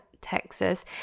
Texas